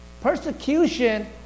Persecution